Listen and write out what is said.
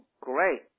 Great